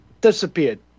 disappeared